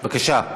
בבקשה.